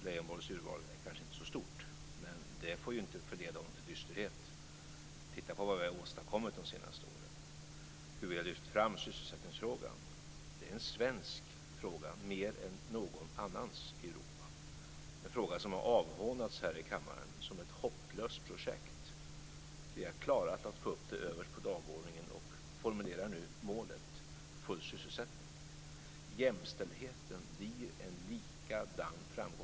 Leijonborgs urval är kanske inte så stort, men det får inte förleda honom till dysterhet. Titta på vad vi har åstadkommit de senaste åren - på hur vi har lyft fram sysselsättningsfrågan. Det är Sveriges fråga mer än något annat lands i Europa. Det är ett projekt som har avhånats här i kammaren som hopplöst. Vi har klarat att få upp det överst på dagordningen och formulerar nu målet full sysselsättning. Jämställdheten blir en likadan framgång.